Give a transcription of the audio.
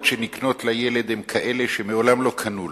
שנקנות לילד הן כאלה שמעולם לא קנו לו,